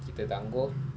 kita tangguh